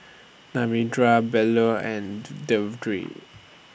Narendra Bellur and The Vedre